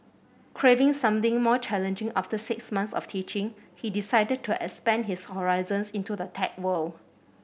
craving something more challenging after six months of teaching he decided to expand his horizons into the tech world